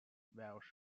welsh